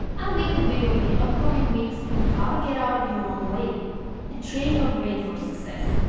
i'll make a video in the upcoming weeks on how to get out of your own way and train your brain for success.